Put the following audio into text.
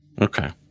Okay